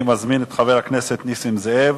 אני מזמין את חבר הכנסת נסים זאב.